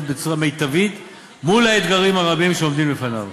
בצורה מיטבית מול האתגרים הרבים שעומדים בפניו.